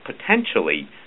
potentially